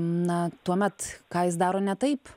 na tuomet ką jis daro ne taip